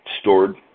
stored